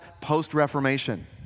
post-Reformation